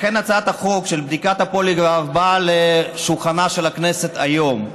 לכן הצעת החוק של בדיקת הפוליגרף באה לשולחנה של הכנסת היום.